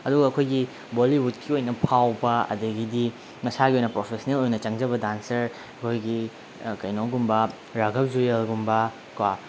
ꯑꯗꯨꯒ ꯑꯩꯈꯣꯏꯒꯤ ꯕꯣꯂꯤꯋꯨꯠꯀꯤ ꯑꯣꯏꯅ ꯐꯥꯎꯕ ꯑꯗꯒꯤꯗꯤ ꯃꯁꯥꯒꯤ ꯑꯣꯏꯅ ꯄ꯭ꯔꯣꯐꯦꯁꯅꯦꯜ ꯑꯣꯏꯅ ꯆꯪꯖꯕ ꯗꯥꯟꯁꯔ ꯑꯩꯈꯣꯏꯒꯤ ꯀꯩꯅꯣꯒꯨꯝꯕ ꯔꯥꯒꯜ ꯖꯨꯋꯦꯜꯒꯨꯝꯕ ꯀꯣ